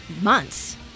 months